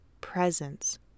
presence